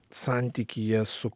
santykyje su